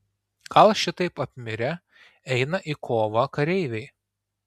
gal šitaip apmirę eina į kovą kareiviai